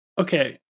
Okay